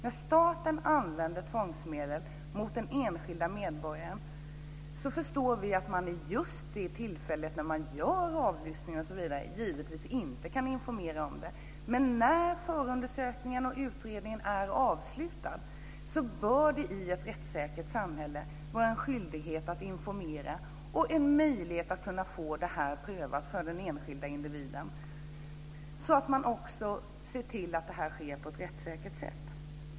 När staten använder tvångsmedel mot den enskilde medborgaren förstår vi att vid just det tillfälle avlyssningen görs går det givetvis inte att informera, men när förundersökningen och utredningen är avslutad bör det i ett rättssäkert samhälle vara en skyldighet att informera, och det ska finnas en möjlighet för den enskilde individen att få detta prövat så att det hela sker på ett rättssäkert sätt.